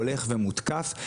הולך ומותקף.